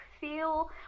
feel